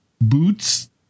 Boots